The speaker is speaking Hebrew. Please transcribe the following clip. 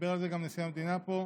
דיבר על זה גם נשיא המדינה פה,